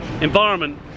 environment